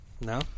No